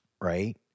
right